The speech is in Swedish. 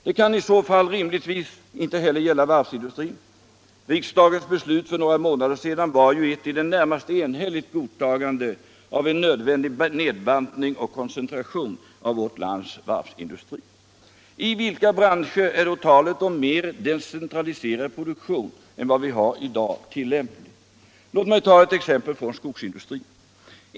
Det kan i så fall rimligtvis inte heller gälla varvsindustrin. Riksdagens beslut för några månader sedan var ju ett i det närmaste enhälligt godtagande av en nödvändig nedbantning och koncentration av vårt lands varvsindustri. I vilka branscher är då talet om mer decentraliserad produktion än vad vi har i dag tillämpligt? Låt mig ta ett exempel från skogsindustrin.